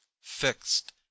Fixed